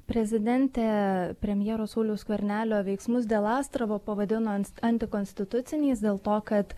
prezidentė premjero sauliaus skvernelio veiksmus dėl astravo pavadino antikonstituciniais dėl to kad